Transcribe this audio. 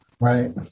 Right